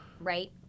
right